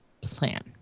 plan